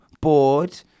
bored